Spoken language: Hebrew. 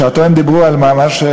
בשעתם הם דיברו על ממש,